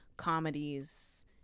comedies